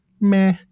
meh